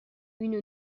une